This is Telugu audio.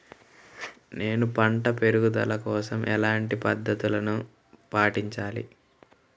నేను పంట పెరుగుదల కోసం ఎలాంటి పద్దతులను పాటించాలి?